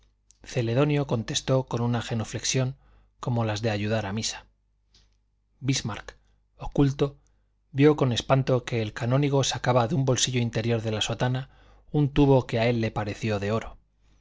celedonio contestó con una genuflexión como las de ayudar a misa bismarck oculto vio con espanto que el canónigo sacaba de un bolsillo interior de la sotana un tubo que a él le pareció de oro